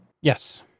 Yes